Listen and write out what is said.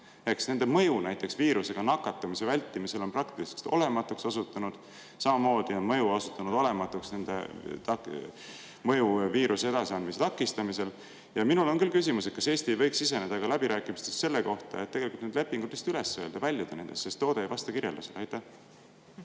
Nende mõju näiteks viirusega nakatumise vältimisel on praktiliselt olematuks osutunud. Samamoodi on osutunud olematuks nende mõju viiruse edasiandmise takistamisel. Ja minul on küll küsimus, kas Eesti ei võiks [alustada] läbirääkimisi selle üle, et tegelikult need lepingud lihtsalt üles öelda, väljuda nendest, sest toode ei vasta kirjeldusele? Aitäh!